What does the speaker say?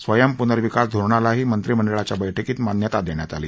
स्वयंम पूनर्विकास धोरणालाही मंत्रिमंडळाच्या बैठकीत मान्यता देण्यात आली